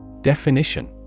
Definition